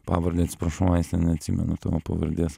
pavardę atsiprašau aiste neatsimenu tavo pavardės